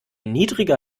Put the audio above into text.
niedriger